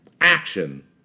Action